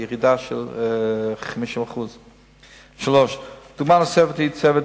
ירידה של 50%. דוגמה נוספת היא צוות